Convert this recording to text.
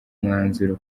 umwanzuro